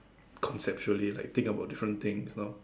conceptually like think about different things you know